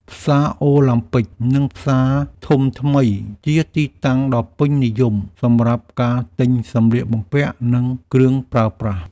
ផ្សារអូឡាំពិក និងផ្សារធំថ្មី ជាទីតាំងដ៏ពេញនិយមសម្រាប់ការទិញសម្លៀកបំពាក់ និងគ្រឿងប្រើប្រាស់។